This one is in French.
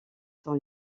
sont